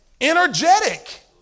energetic